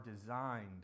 designed